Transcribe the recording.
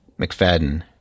mcfadden